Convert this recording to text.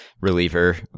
reliever